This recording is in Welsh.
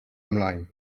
ymlaen